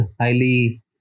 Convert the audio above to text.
highly